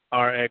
RX